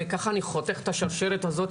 וככה אני חותך את השרשרת הזאת,